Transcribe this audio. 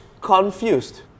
confused